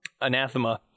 Anathema